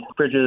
Fridges